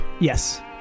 Yes